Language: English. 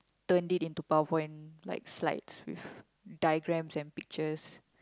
turn it into power point like slides with diagram and pictures